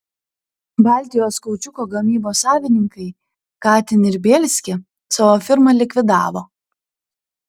baltijos kaučiuko gamybos savininkai katin ir bielsky savo firmą likvidavo